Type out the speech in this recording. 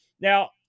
Now